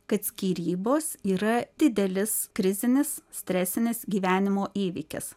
kad skyrybos yra didelis krizinis stresinis gyvenimo įvykis